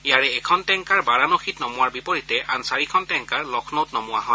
ইয়াৰে এখন টেংকাৰ বাৰাণসীত নমোৱাৰ বিপৰীতে আন চাৰিখন টেংকাৰ লক্ষ্ণৌত নমোৱা হয়